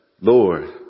Lord